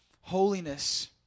holiness